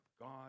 God